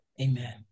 Amen